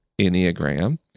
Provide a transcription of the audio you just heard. enneagram